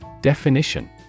Definition